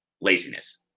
laziness